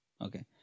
Okay